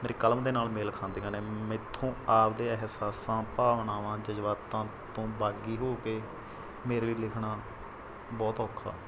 ਮੇਰੀ ਕਲਮ ਦੇ ਨਾਲ ਮੇਲ ਖਾਂਦੀਆਂ ਨੇ ਮੇਰੇ ਤੋਂ ਆਪਣੇ ਅਹਿਸਾਸਾਂ ਭਾਵਨਾਵਾਂ ਜਜ਼ਬਾਤਾਂ ਤੋਂ ਬਾਗੀ ਹੋ ਕੇ ਮੇਰੇ ਲਈ ਲਿਖਣਾ ਬਹੁਤ ਔਖਾ